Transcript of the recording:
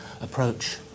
approach